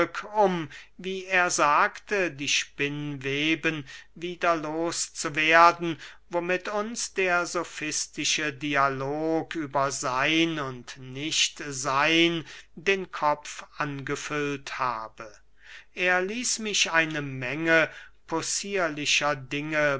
sagte die spinneweben wieder los zu werden womit uns der sofistische dialog über seyn und nichtseyn den kopf angefüllt habe er ließ mich eine menge possierlicher dinge